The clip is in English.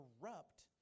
corrupt